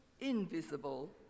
invisible